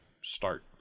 start